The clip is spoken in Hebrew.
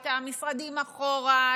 את המשרדים אחורה,